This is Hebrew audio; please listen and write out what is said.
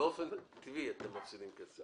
באופן טבעי אתם מפסידים כסף.